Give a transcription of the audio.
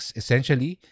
essentially